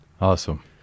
Awesome